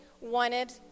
wanted